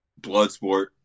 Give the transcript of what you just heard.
Bloodsport